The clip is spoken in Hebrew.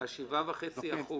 ה-7.5%,